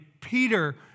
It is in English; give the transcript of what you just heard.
Peter